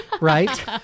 right